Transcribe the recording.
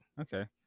okay